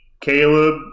Caleb